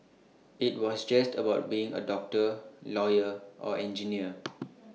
IT was just about being A doctor lawyer or engineer